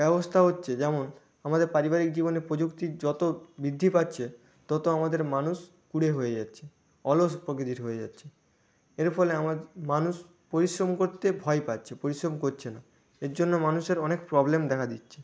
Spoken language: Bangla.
ব্যবস্থা হচ্ছে যেমন আমাদের পারিবারিক জীবনে প্রযুক্তির যত বৃদ্ধি পাচ্ছে ততো আমাদের মানুষ কুঁড়ে হয়ে যাচ্ছে অলস প্রকৃতির হয়ে যাচ্ছে এর ফলে আমার মানুষ পরিশ্রম করতে ভয় পাচ্ছে পরিশ্রম করছে না এর জন্য মানুষের অনেক প্রবলেম দেখা দিচ্ছে